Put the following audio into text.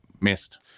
missed